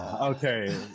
Okay